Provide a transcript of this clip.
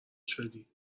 شدی